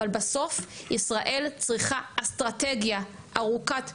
אבל בסוף ישראל צריכה אסטרטגיה ארוכת טווח,